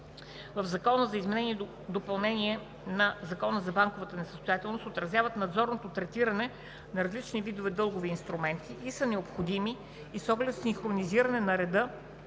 в Закона за изменение и допълнение на Закона за банковата несъстоятелност отразяват надзорното третиране на различните видове дългови инструменти и са необходими и с оглед синхронизиране на реда